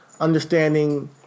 understanding